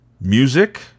Music